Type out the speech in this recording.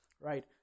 right